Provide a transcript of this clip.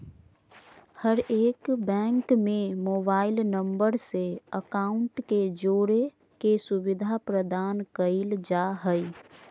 हरेक बैंक में mobile number से अकाउंट के जोड़े के सुविधा प्रदान कईल जा हइ